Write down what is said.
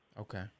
Okay